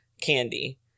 candy